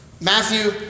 Matthew